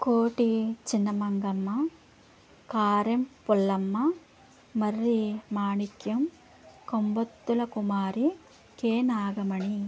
Koti Chinna Mangamma Karam Pullamma Marri Manikyam Kombottula Kumari K Nagamani